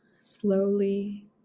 Slowly